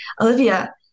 Olivia